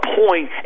point